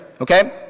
okay